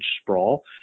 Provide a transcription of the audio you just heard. sprawl